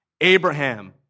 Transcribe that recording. Abraham